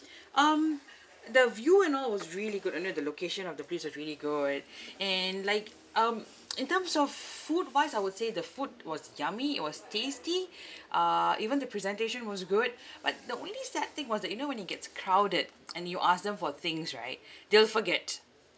um the view and all was really good you know the location of the place was really good and like um in terms of f~ food wise I would say the food was yummy it was tasty uh even the presentation was good but the only sad thing was that you know when it gets crowded and you ask them for things right they'll forget